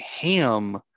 ham